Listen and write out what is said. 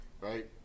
right